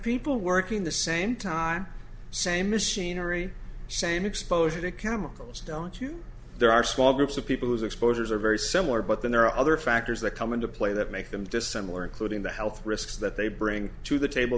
people working the same time same machinery same exposure to chemicals don't you there are small groups of people whose exposures are very similar but then there are other factors that come into play that make them dissimilar including the health risks that they bring to the table